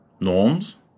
norms